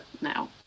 now